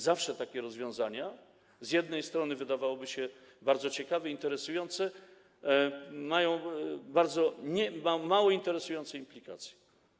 Zawsze takie rozwiązania, z jednej strony wydawałoby się bardzo ciekawe, interesujące, mają mało interesujące implikacje.